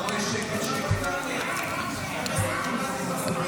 12 מנדטים בסקרים.